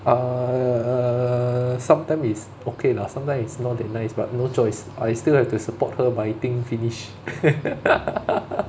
uh sometimes is okay lah sometimes is not that nice but no choice I still have to support her by eating finish